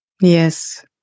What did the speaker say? Yes